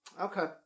Okay